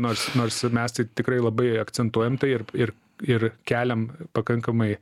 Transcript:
nors nors mes tai tikrai labai akcentuojam tai ir ir ir keliam pakankamai